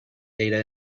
data